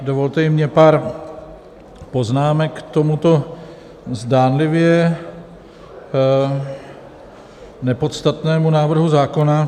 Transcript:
Dovolte i mně pár poznámek k tomuto zdánlivě nepodstatnému návrhu zákona.